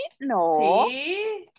No